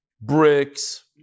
bricks